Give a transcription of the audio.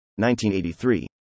1983